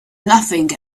nothing